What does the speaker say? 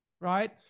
right